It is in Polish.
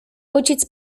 ojciec